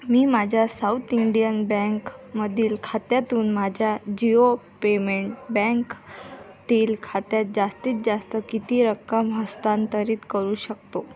मी माझ्या South Indian बँखमधील खात्यातून माझ्या जिओ पेमेंट बँखतील खात्यात जास्तीत जास्त किती रक्कम हस्तांतरित करू शकतो